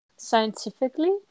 Scientifically